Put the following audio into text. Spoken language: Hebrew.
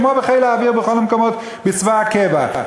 כמו בחיל האוויר ובכל המקומות בצבא הקבע.